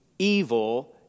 evil